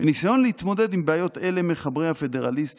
בניסיון להתמודד עם בעיות אלה מחברי הפדרליסט